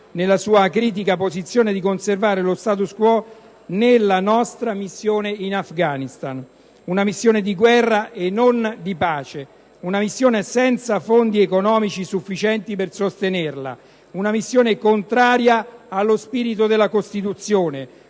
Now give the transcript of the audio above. nella sua acritica posizione di conservazione dello *status quo* della missione in Afghanistan. Una missione di guerra e non di pace; una missione senza fondi economici sufficienti per sostenerla; una missione contraria allo spirito della Costituzione;